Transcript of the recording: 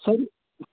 sir